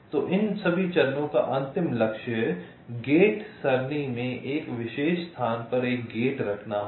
तो इन सभी चरणों का अंतिम लक्ष्य गेट सरणी में एक विशेष स्थान पर एक गेट रखना होगा